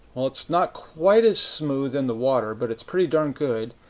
well, it's not quite as smooth in the water, but it's pretty darn good.